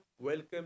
Welcome